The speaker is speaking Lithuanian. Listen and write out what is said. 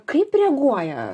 kaip reaguoja